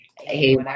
Hey